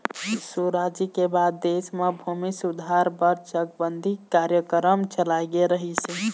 सुराजी के बाद देश म भूमि सुधार बर चकबंदी कार्यकरम चलाए गे रहिस हे